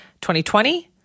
2020